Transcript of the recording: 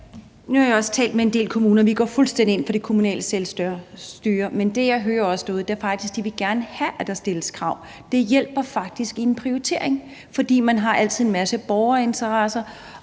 Nu har jeg også talt med en del kommuner, og vi går fuldstændig ind for det kommunale selvstyre. Men det, som jeg også hører derude, er faktisk, at de gerne vil have, at der stilles krav. Det hjælper faktisk i en prioritering. For man har altid en masse borgerinteresser,